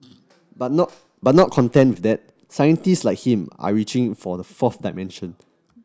but not but not content with that scientists like him are reaching for the fourth dimension